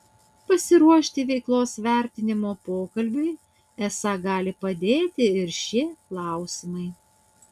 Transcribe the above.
pasiruošti veiklos vertinimo pokalbiui esą gali padėti ir šie klausimai